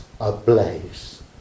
ablaze